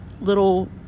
little